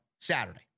Saturday